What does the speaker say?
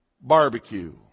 barbecue